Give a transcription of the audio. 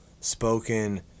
spoken